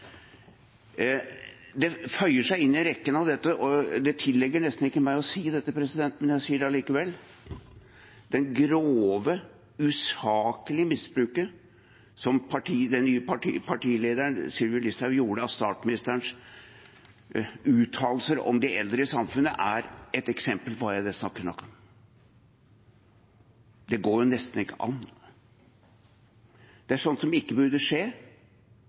Det føyer seg inn i rekken av dette. Det tilligger nesten ikke meg å si det, men jeg sier det allikevel: Det grove, usaklige misbruket som den nye partilederen, Sylvi Listhaug, gjorde av statsministerens uttalelser om de eldre i samfunnet, er et eksempel på hva jeg snakker om. Det går jo nesten ikke an. Det er sånt som ikke burde skje.